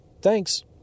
thanks